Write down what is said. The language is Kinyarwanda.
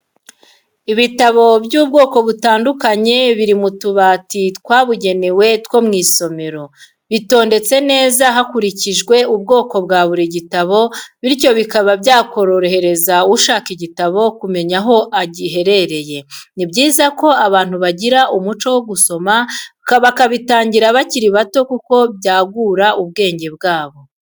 Ibitabo by'ubwoko butandukanye biri mu tubati twabugenewe two mu isomero, bitondetse neza hakurikijwe ubwoko bwa buri gitabo bityo bikaba byakorohereza ushaka igitabo kumenya aho giherereye, ni byiza ko abantu bagira umuco wo gusoma bakabitangira bakiri bato kuko byagura ubwenge bwabo.